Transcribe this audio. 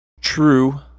true